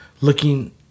looking